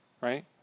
right